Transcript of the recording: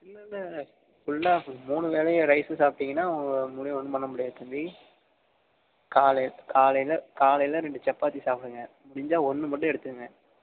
இல்லை இல்லை ஃபுல்லாக மூணு வேளையும் ரைஸு சாப்பிட்டிங்ன்னா உங்க ஒன்றும் பண்ண முடியாது தம்பி காலை காலையில காலையில ரெண்டு சப்பாத்தி சாப்பிடுங்க முடிஞ்சா ஒன்று மட்டும் எடுத்துக்ங்க